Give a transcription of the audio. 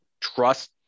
Trust